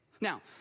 Now